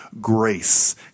grace